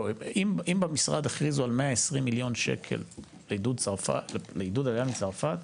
אם במשרד הכריזו על 120 מיליון שקל לעידוד עלייה מצרפת,